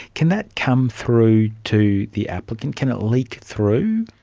can that come through to the applicant, can it leak through?